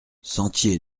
sentier